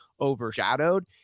overshadowed